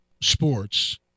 sports